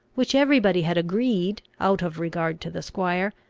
which every body had agreed, out of regard to the squire,